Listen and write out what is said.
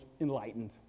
enlightened